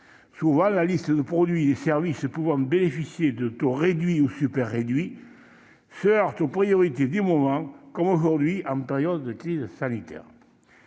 Souvent, la liste de produits et services pouvant bénéficier de taux réduits ou super-réduits se heurte aux priorités du moment, comme aujourd'hui en période de crise sanitaire.